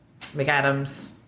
McAdams